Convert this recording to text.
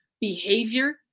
behavior